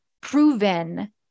proven